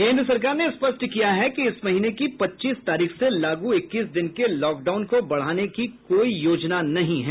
केन्द्र सरकार ने स्पष्ट किया है कि इस महीने की पच्चीस तारीख से लागू इक्कीस दिन के लॉकडाउन को बढ़ाने की कोई योजना नहीं है